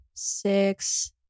six